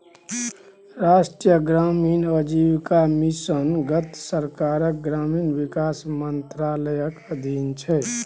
राष्ट्रीय ग्रामीण आजीविका मिशन भारत सरकारक ग्रामीण विकास मंत्रालयक अधीन छै